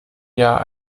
jahr